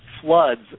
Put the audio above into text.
floods